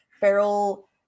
feral